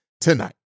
tonight